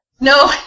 No